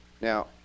now